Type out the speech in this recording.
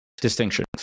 distinction